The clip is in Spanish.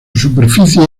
superficie